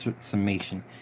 summation